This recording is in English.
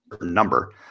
number